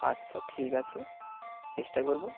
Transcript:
আচ্ছা ঠিক আছে চেষ্টা করব